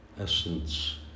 essence